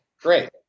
great